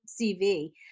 CV